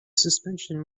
suspension